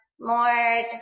more